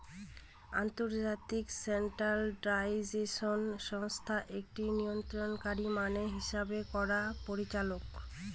আন্তর্জাতিক স্ট্যান্ডার্ডাইজেশন সংস্থা একটি নিয়ন্ত্রণকারী মান হিসাব করার পরিচালক